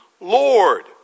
Lord